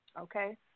okay